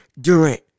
Durant